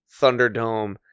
Thunderdome